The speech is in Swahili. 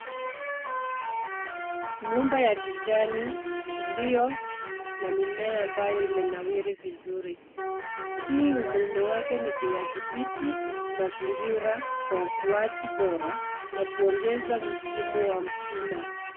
Nyumba ya kijani iliyo na mimea ambayo imenawiri vizuri. Hii umuhimu wake ni kuyadhibiti mazingira kwa ukuajibora na kuongeza msimu wa mchuma.